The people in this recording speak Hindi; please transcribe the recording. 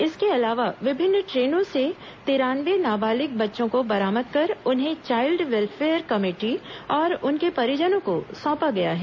इसके अलावा विभिन्न ट्रेनों से तिरानवे नाबालिग बच्चों को बरामद कर उन्हें चाइल्ड वेल्फेयर कमेठी और उनके परिजनों को सौपा गया है